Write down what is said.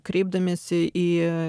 kreipdamiesi į